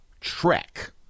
trek